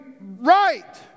right